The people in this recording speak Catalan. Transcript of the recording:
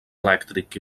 elèctric